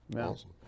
awesome